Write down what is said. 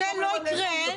זה לא ייקרה.